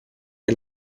che